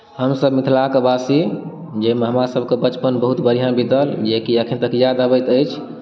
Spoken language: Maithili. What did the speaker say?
हमसभ मिथलाके वासी जाहिमे हमरासभके बचपन बहुत बढ़िआँ बीतल जे कि एखन तक याद अबैत अछि